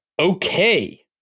okay